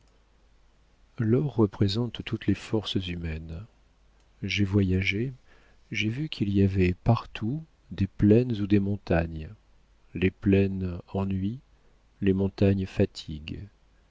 l'or représente toutes les forces humaines j'ai voyagé j'ai vu qu'il y avait partout des plaines ou des montagnes les plaines ennuient les montagnes fatiguent